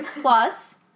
plus